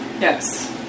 Yes